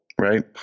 right